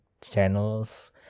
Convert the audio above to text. channels